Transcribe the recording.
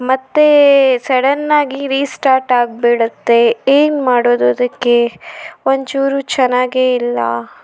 ಮತ್ತು ಸಡನ್ನಾಗಿ ರೀಸ್ಟಾರ್ಟ್ ಆಗಿಬಿಡುತ್ತೆ ಏನು ಮಾಡೋದು ಅದಕ್ಕೆ ಒಂದು ಚೂರು ಚೆನ್ನಾಗೆ ಇಲ್ಲ